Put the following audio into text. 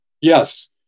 yes